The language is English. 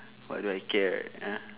why do I care ah